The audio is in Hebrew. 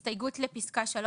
אז הסתייגות לסעיף 30 לפסקה (1)